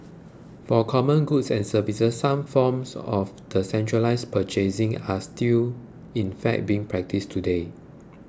for common goods and services some forms of the centralised purchasing are still in fact being practised today